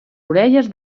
orelles